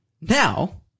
Now